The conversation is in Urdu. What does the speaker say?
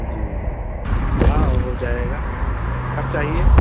جی جی ہاں ہو جائے گا کب چاہیے